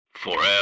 FOREVER